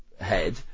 head